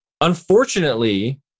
unfortunately